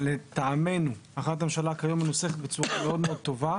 לטעמנו החלטת הממשלה כיום נעשית בצורה מאוד טובה.